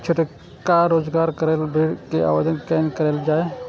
छोटका रोजगार करैक लेल ऋण के आवेदन केना करल जाय?